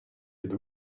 від